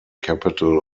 capital